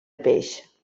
peix